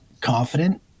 confident